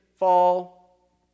fall